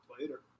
Later